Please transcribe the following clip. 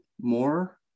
more